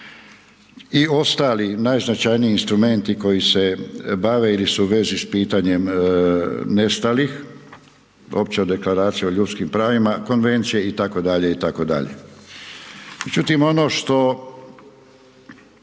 i ostali najznačajniji instrumenti, koji se bave ili su u vezi s pitanjem nestalih, opća deklaracija o ljudskim pravima, konvencije, itd. itd. Međutim, ono što